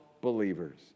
believers